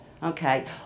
Okay